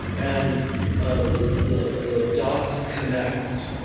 and ah the the dots connect,